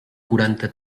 quaranta